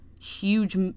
huge